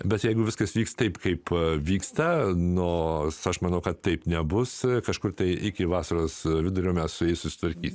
bet jeigu viskas vyks taip kaip vyksta nors aš manau kad taip nebus kažkur tai iki vasaros vidurio mes su jais susitvarkyti